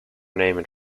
named